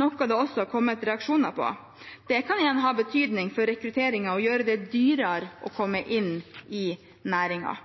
noe det også har kommet reaksjoner på. Det kan igjen ha betydning for rekrutteringen og gjøre det dyrere å komme inn i næringen.